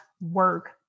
work